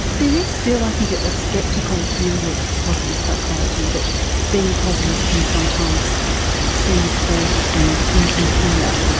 there is still i think a sceptical view of positive psychology, that being positive can sometimes seem forced and insincere.